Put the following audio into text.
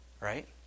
Right